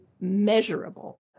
measurable